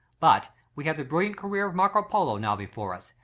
but we have the brilliant career of marco polo now before us,